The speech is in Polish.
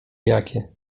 jakie